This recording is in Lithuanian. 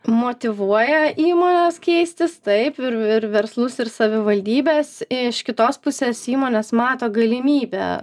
motyvuoja įmones keistis taip ir verslus ir savivaldybes iš kitos pusės įmonės mato galimybę